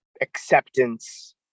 acceptance